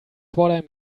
what